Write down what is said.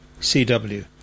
CW